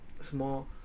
small